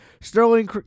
Sterling